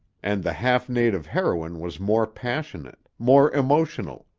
and the half-native heroine was more passionate, more emotional,